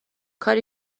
کاری